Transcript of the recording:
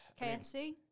KFC